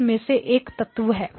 इस में एक और तत्व है